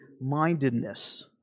mindedness